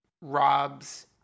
Rob's